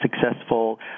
successful